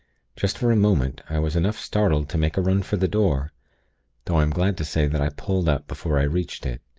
just for a moment, i was enough startled to make a run for the door though i am glad to say that i pulled up, before i reached it.